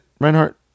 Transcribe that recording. Reinhardt